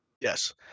Yes